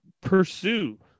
pursue